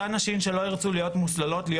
אותן נשים שלא ירצו להיות מוסללות להיות